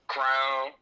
Crown